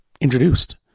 introduced